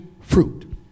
fruit